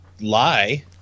lie